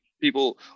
people